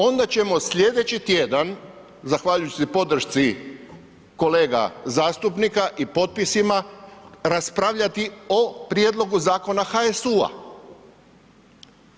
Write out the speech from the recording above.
Onda ćemo sljedeći tjedan zahvaljujući podršci kolega zastupnika i potpisima raspravljati o prijedlogu zakona HSU-a.